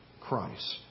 Christ